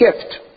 gift